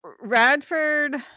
radford